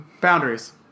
Boundaries